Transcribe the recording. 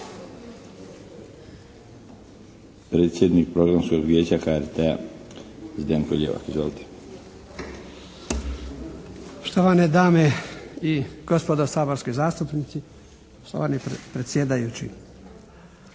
Predsjednik Programskog vijeća HRT-a Zdenko Ljevak. Izvolite.